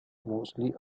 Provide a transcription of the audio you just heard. mostly